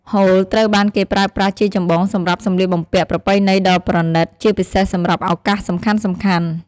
ហូលត្រូវបានគេប្រើប្រាស់ជាចម្បងសម្រាប់សំលៀកបំពាក់ប្រពៃណីដ៏ប្រណីត ជាពិសេសសម្រាប់ឱកាសសំខាន់ៗ។